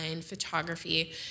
photography